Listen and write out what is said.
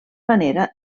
manera